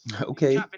Okay